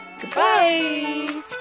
Goodbye